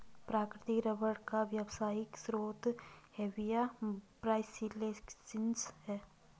प्राकृतिक रबर का व्यावसायिक स्रोत हेविया ब्रासिलिएन्सिस है